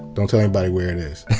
don't tell anybody where it is.